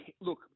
look